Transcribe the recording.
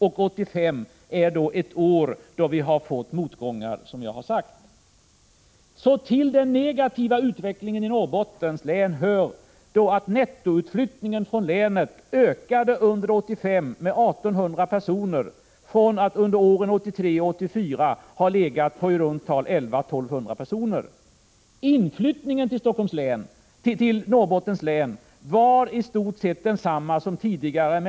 Men 1985 är, som jag har sagt, ett år då vi har fått motgångar. Till den negativa utvecklingen i Norrbottens län hör att nettoutflyttningen från länet under 1985 ökade med 1 800 personer från att under åren 1983 och 1984 ha legat på i runt tal I 100-1 200 personer. Inflyttningen till Norrbottens län var i stort sett densamma som tidigare.